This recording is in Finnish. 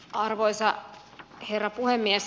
arvoisa herra puhemies